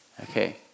Okay